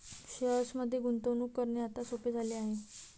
शेअर्समध्ये गुंतवणूक करणे आता सोपे झाले आहे